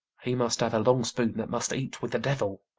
he must have a long spoon that must eat with the devil.